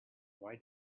why